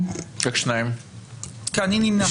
מי נמנע?